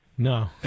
No